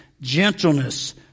Gentleness